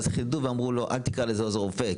ואז חידדו ואמרו: אל תקרא לזה עוזר רופא,